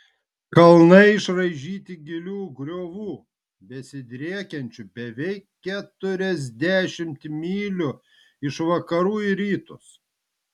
kalnai išraižyti gilių griovų besidriekiančių beveik keturiasdešimt mylių iš vakarų į rytus